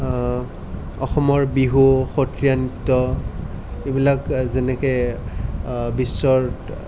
অসমৰ বিহু সত্ৰীয়া নৃত্য এইবিলাক যেনেকৈ বিশ্বৰ